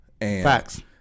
Facts